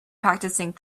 practicing